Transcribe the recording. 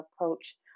approach